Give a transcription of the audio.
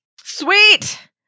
Sweet